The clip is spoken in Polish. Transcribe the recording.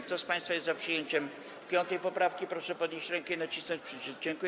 Kto z państwa jest za przyjęciem 5. poprawki, proszę podnieść rękę i nacisnąć przycisk.